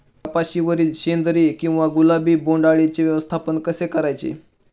कपाशिवरील शेंदरी किंवा गुलाबी बोंडअळीचे व्यवस्थापन कसे करायचे?